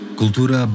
cultura